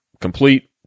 complete